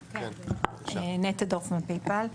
נטע דורפמן פייפל.